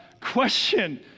Question